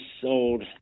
sold